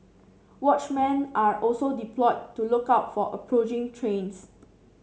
watchmen are also deployed to look out for approaching trains